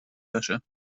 wäsche